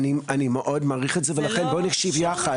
אני מאוד מעריך את זה ולכן בואו נקשיב יחד.